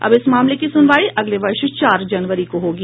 अब इस मामले की सुनवाई अगले वर्ष चार जनवरी को होगी